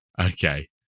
Okay